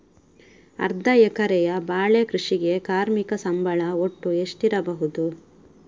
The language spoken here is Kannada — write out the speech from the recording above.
ಅರ್ಧ ಎಕರೆಯ ಬಾಳೆ ಕೃಷಿಗೆ ಕಾರ್ಮಿಕ ಸಂಬಳ ಒಟ್ಟು ಎಷ್ಟಿರಬಹುದು?